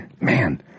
man